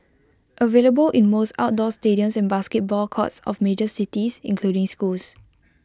available in most outdoor stadiums and basketball courts of major cities including schools